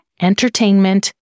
entertainment